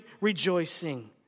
rejoicing